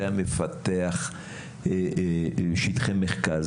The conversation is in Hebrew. זה היה מפתח שטחי מחקר,